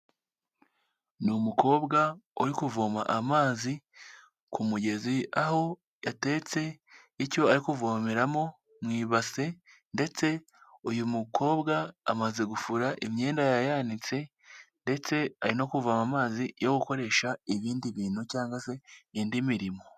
Ni umukobwa uri kuvoma amazi, ku mugezi aho yateretse icyo ari kuvomeramo, mu ibase ndetse uyu mukobwa amaze gufura imyenda yayanitse ndetse ari no kuvoma amazi yo gukoresha ibindi bintu cyangwa se indi mirimo.